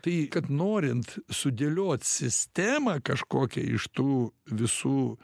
tai kad norint sudėliot sistemą kažkokią iš tų visų